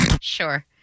Sure